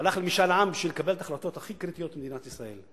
שהלך למשאל עם בשביל לקבל את ההחלטות הכי קריטיות למדינת ישראל.